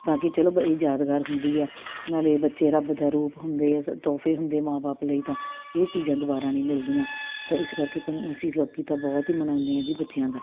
ਤਾਂ ਕਿ ਚਲੋ ਇਹ ਯਾਦਗਾਰ ਹੁੰਦੀ ਆ ਨਾਲੇ ਬੱਚੇ ਰੱਬ ਦਾ ਰੂਪ ਹੁੰਦੇ ਆ ਤੋਹਫੇ ਹੁੰਦੇ ਮਾਂ ਬਾਪ ਲਈ ਤਾਂ ਇਹ ਚੀਜ਼ਾਂ ਦੁਬਾਰਾ ਨਹੀਂ ਮਿਲਦੀਆਂ ਤਾਂ ਇਸ ਕਰਕੇ ਪੰ ਅਸੀਂ ਲੋਕ ਤਾਂ ਬਹੁਤ ਹੀ ਮਨਾਉਂਦੇ ਹਾਂ ਜੀ ਬੱਚਿਆਂ ਦਾ